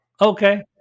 okay